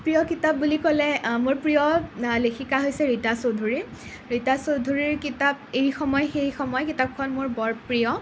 প্ৰিয় কিতাপ বুলি ক'লে মোৰ প্ৰিয় লেখিকা হৈছে ৰীতা চৌধুৰী ৰীতা চৌধুৰীৰ কিতাপ 'এই সময় সেই সময়' কিতাপখন মোৰ বৰ প্ৰিয়